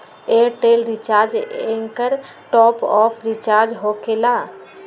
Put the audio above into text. Airtel recharge एकर top off recharge होकेला?